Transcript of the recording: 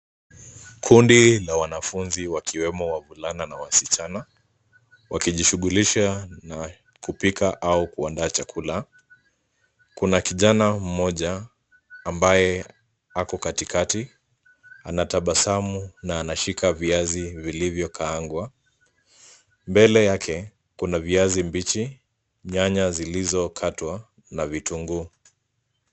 Kundi la wanafunzi wakiwemo wavulana na wasichana. Wakijishughulisha na kupika au kuandaa chakula. Kuna kijana mmoja ambaye ako katikati. Anatabasamu na anashika viazi vilivyokaangwa. Mbele yake kuna viazi mbichi, nyanya zilizokatwa na vitunguu.